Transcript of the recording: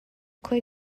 khoi